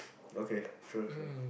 okay sure sure